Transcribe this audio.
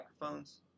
microphones